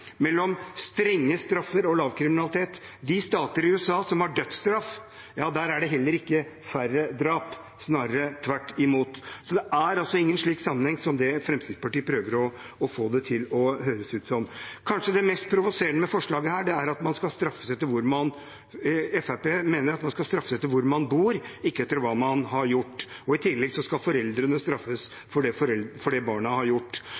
mellom strenge straffer og lav kriminalitet. I de stater i USA som har dødsstraff, er det heller ikke færre drap, snarere tvert imot. Det er altså ingen slik sammenheng, som Fremskrittspartiet prøver å få det til å høres ut som. Det kanskje mest provoserende med forslaget her er at Fremskrittspartiet mener man skal straffes etter hvor man bor, ikke etter hva man har gjort. I tillegg skal foreldrene straffes for det barna har gjort.